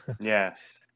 yes